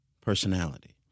personality